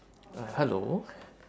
ah hello